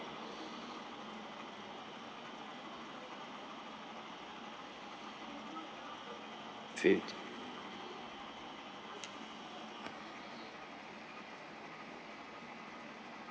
three